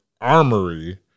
armory